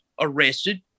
arrested